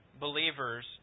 believers